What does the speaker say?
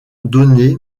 donné